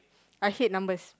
I hate numbers